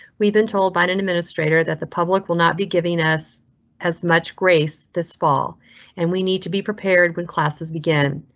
we've been told by an administrator that the public will not be giving us as much grace this fall and we need to be prepared when classes begin.